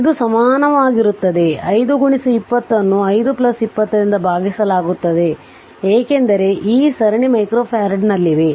ಆದ್ದರಿಂದ ಇದು ಸಮಾನವಾಗಿರುತ್ತದೆ 5 20 ಅನ್ನು 5 20 ರಿಂದ ಭಾಗಿಸಲಾಗುತ್ತದೆ ಏಕೆಂದರೆ ಈ 2 ಸರಣಿ ಮೈಕ್ರೊಫರಾಡ್ನಲ್ಲಿವೆ